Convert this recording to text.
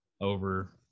over